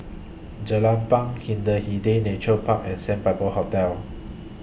Jelapang Hindhede Nature Park and Sandpiper Hotel